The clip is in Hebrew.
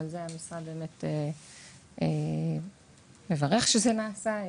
ועל זה המשרד מברך שזה נעשה.